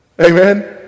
Amen